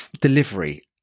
delivery